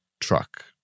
truck